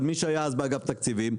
אבל מי שהיה אז באגף תקציבים,